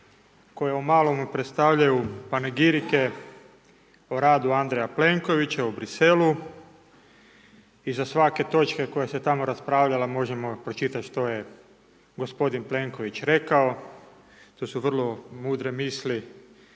koja u malome predstavljaju panegirike o radu Andreja Plenkovića u Bruxelles-u, i za svake točke koje se tamo raspravljala možemo pročitati što je gospodin Plenković rekao, to su vrlo mudre misli